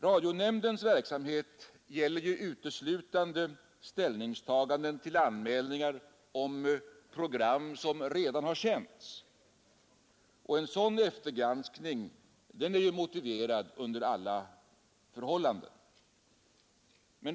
Radionämndens verksamhet gäller uteslutande ställningstaganden till anmälningar om program som redan har sänts, och en sådan eftergranskning är motiverad under alla förhållanden.